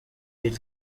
lil